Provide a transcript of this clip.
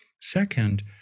Second